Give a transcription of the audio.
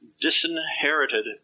disinherited